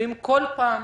אם כל פעם